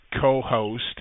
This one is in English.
co-host